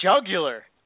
jugular